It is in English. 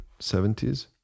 70s